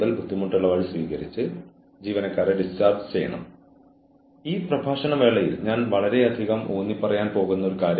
കൂടാതെ എന്ത് സ്വീകാര്യമായിരിക്കും സ്വീകാര്യമല്ലാത്തത് എന്തൊക്കെ തുടങ്ങിയവ അറിയേണ്ടതുണ്ട്